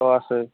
অঁ আছে